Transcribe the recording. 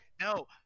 No